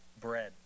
bread